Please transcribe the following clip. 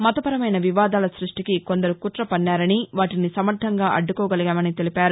మతపరమైన వివాదాల సృష్టికి కొందరు కుట పన్నారని వాటిని సమర్దంగా అడ్డుకోగలిగామని తెలిపారు